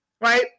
right